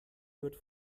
wird